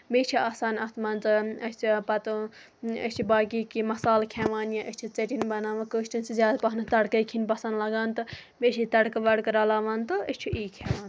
بیٚیہِ چھِ آسان اَتھ منٛزن اَسہِ چھِ پَتہٕ أسۍ چھِ باقی کیٚنٛہہ مَسالہٕ کھٮ۪وان یا أسۍ چھِ ژیٹنۍ بَناوان کٲشِرٮ۪ن چھِ زیادٕ پَہمَتھ تڑکَے کھیٚنۍ پسنٛد لگان تہٕ بیٚیہِ چھِ ییٚتہِ تَڑکہٕ وَڑکہٕ رَلاوان تہٕ أسۍ چھِ یی کھٮ۪وان